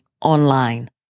online